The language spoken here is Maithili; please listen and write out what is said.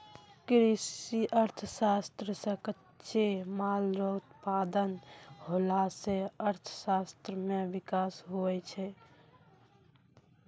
कृषि अर्थशास्त्र से कच्चे माल रो उत्पादन होला से अर्थशास्त्र मे विकास हुवै छै